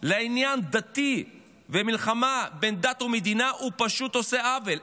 לעניין דתי ומלחמה בין דת ומדינה הוא פשוט עושה עוול.